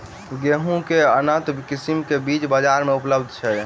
गेंहूँ केँ के उन्नत किसिम केँ बीज बजार मे उपलब्ध छैय?